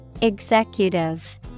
Executive